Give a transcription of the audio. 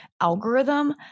algorithm